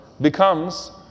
becomes